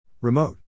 Remote